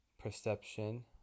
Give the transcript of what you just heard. perception